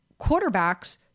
quarterbacks